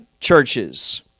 churches